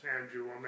Andrew